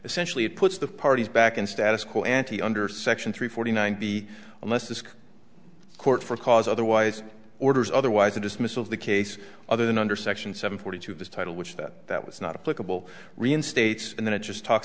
essentially puts the parties back in status quo ante under section three forty nine b unless the court for cause otherwise orders otherwise a dismissal of the case other than under section seven forty two of this title which that that was not a political reinstates and then it just talks